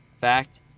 Fact